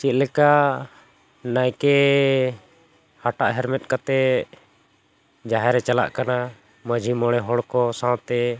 ᱪᱮᱫ ᱞᱮᱠᱟ ᱱᱟᱭᱠᱮ ᱦᱟᱴᱟᱜ ᱦᱮᱨᱢᱮᱫ ᱠᱟᱛᱮᱫ ᱡᱟᱦᱮᱨ ᱮ ᱪᱟᱞᱟᱜ ᱠᱟᱱᱟ ᱢᱟᱺᱡᱷᱤ ᱢᱚᱬᱮ ᱦᱚᱲ ᱠᱚ ᱥᱟᱶᱛᱮ